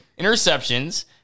interceptions